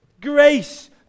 Grace